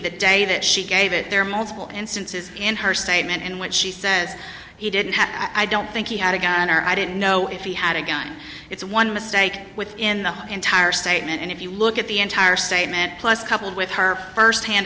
that day that she gave it there are multiple instances in her statement in which she says he didn't have i don't think he had a gun or i didn't know if he had a gun it's one mistake with in the entire statement and if you look at the entire statement plus coupled with her firsthand